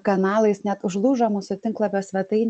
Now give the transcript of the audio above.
kanalais net užlūžo mūsų tinklapio svetainė